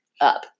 up